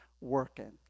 working